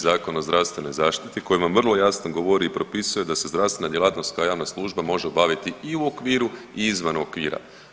Zakona o zdravstvenoj zaštiti koji vam vrlo jasno govori i propisuje da se zdravstvena djelatnost kao javna služba može obaviti i u okviru i izvan okvira.